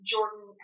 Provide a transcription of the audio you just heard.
Jordan